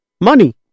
money